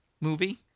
movie